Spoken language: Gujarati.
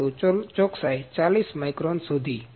પરંતુ ચોકસાઇ 40 માઈક્રોન સુધી